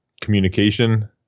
communication